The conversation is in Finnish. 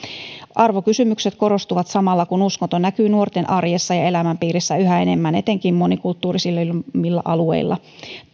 arvokysymykset korostuvat samalla kun uskonto näkyy nuorten arjessa ja elämänpiirissä yhä enemmän etenkin monikulttuurisimmilla alueilla